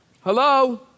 Hello